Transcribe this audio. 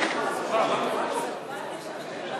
שעל-פי סעיף 43 לחוק-יסוד: